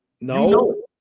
no